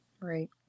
Right